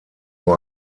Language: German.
nur